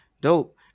Dope